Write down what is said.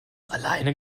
alleine